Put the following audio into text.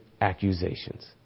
accusations